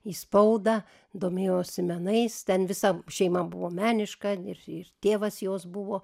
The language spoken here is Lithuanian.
į spaudą domėjosi menais ten visa šeima buvo meniška ir ir tėvas jos buvo